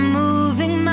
moving